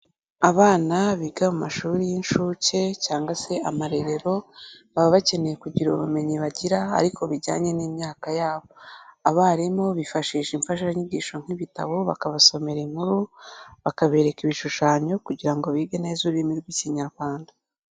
Abana biga mu mashuri y'incuke cyangwa se amarerero, baba bakeneye kugira ubumenyi bagira ariko bijyanye n'imyaka yabo. Abarimu bifashisha imfashanyigisho nk'ibitabo bakabasomera inkuru, bakabereka ibishushanyo kugira ngo bige neza ururimi rw'Ikinyarwanda.